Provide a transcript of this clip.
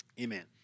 Amen